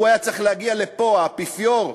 הוא היה צריך להגיע לפה, האפיפיור,